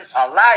alive